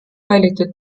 valitud